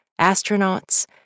astronauts